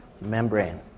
membrane